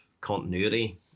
continuity